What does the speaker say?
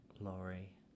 Laurie